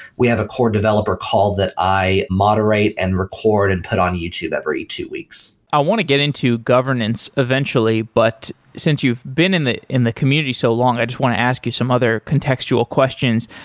we have a core developer call that i moderate and record and put on youtube every two weeks. i want to get into governance eventually, but since you've been in the in the community so long, i just want to ask you some other contextual questions.